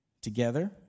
Together